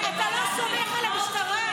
אתה לא סומך על המשטרה?